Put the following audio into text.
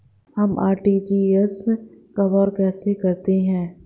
हम आर.टी.जी.एस कब और कैसे करते हैं?